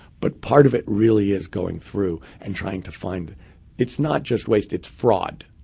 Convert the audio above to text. but part of it really is going through and trying to find it's not just waste, it's fraud.